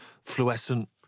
fluorescent